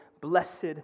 blessed